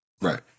Right